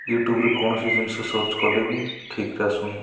ୟୁଟ୍ୟୁବରେ କୌଣସି ଜିନିଷ ସର୍ଚ୍ଚ କଲେ ବି ଠିକରେ ଆସୁନି